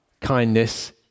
kindness